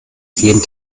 jeden